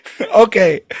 Okay